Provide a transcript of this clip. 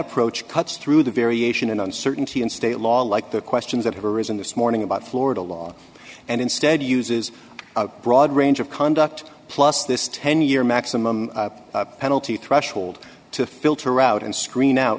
approach cuts through the variation in uncertainty in state law like the questions that have arisen this morning about florida law and instead uses a broad range of conduct plus this ten year maximum penalty threshold to filter out and screen out